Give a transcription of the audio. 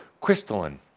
Crystalline